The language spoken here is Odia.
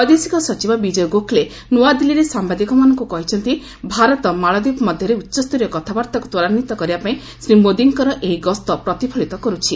ବୈଦେଶିକ ସଚିବ ବିଜୟ ଗୋଖ୍ଲେ ନୂଆଦିଲ୍ଲୀରେ ସାମ୍ଭାଦିକମାନଙ୍କୁ କହିଛନ୍ତି ଭାରତ ମାଳଦ୍ୱୀପ ମଧ୍ୟରେ ଉଚ୍ଚସ୍ତରୀୟ କଥାବାର୍ତ୍ତାକୁ ତ୍ୱରାନ୍ୱିତ କରିବା ପାଇଁ ଶ୍ରୀ ମୋଦିଙ୍କର ଏହି ଗସ୍ତ ପ୍ରତିଫଳିତ କରୁଛି